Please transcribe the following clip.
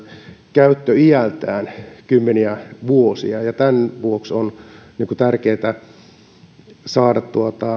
käyttöiältään kymmeniä vuosia tämän vuoksi on tärkeätä saada